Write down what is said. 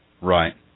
Right